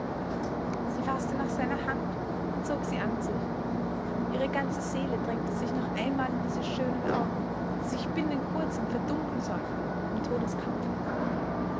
sie faßte nach seiner hand und zog sie an sich ihre ganze seele drängte sich noch einmal in diese schönen augen die sich binnen kurzem verdunkeln sollten im todeskampfe